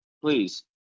Please